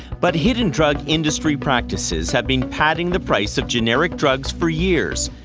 but hidden drug industry practices have been padding the price of generic drugs for years,